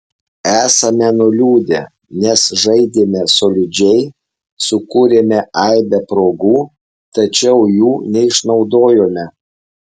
esame nuliūdę nes žaidėme solidžiai sukūrėme aibę progų tačiau jų neišnaudojome